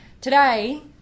today